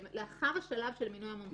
לאחר השלב של מינוי מומחה.